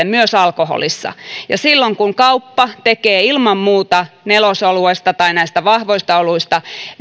myös alkoholissa ja silloin kun kauppa tekee ilman muuta nelosoluesta tai näistä vahvoista oluista